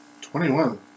Twenty-one